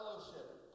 fellowship